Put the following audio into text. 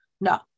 No